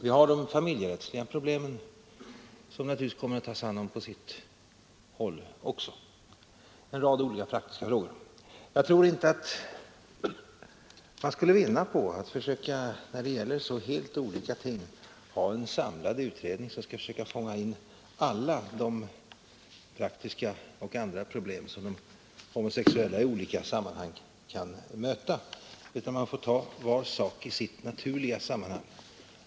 Vi har de familjerättsliga problemen, som naturligtvis kommer att tas om hand på sitt håll också. Det är alltså en rad praktiska frågor. Jag tror inte att man när det gäller helt olika ting skulle vinna på att ha en samlad utredning som skall försöka fånga in alla de praktiska och andra problem som de homosexuella i olika sammanhang kan möta, utan man får ta var sak i sitt naturliga sammanhang.